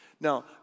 Now